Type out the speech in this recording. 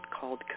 called